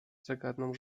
zagadnął